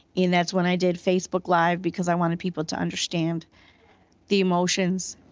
and that's when i did facebook live because i wanted people to understand the emotions,